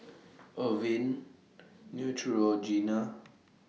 Avene Neutrogena